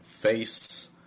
face